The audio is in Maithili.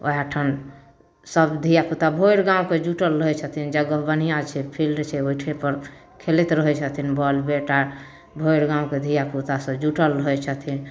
वएह ठाम सब धिया पूता भरि गाँवके जुटल रहै छथिन जगह बनहिया छै फील्ड छै ओहिठिम अपन खेलैत रहै छथिन बॉल बैट आर भरि गाँवके धिया पूता सब जुटल रहै छथिन